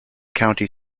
county